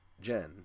Jen